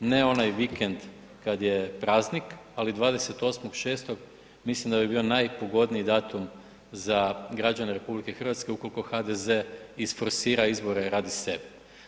Ne onaj vikend kad je praznik, ali 28.6. mislim da bi bio najpogodniji datum za građane RH ukoliko HDZ isforsira izbore radi sebe.